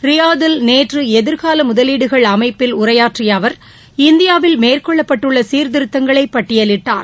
ரியாத்தில் நேற்று எதிர்கால முதலீடுகள் அமைப்பில் உரையாற்றிய அவர் இந்தியாவில் மேற்கொள்ளப்பட்டுள்ள சீர்திருத்தங்களை பட்டியலிட்டார்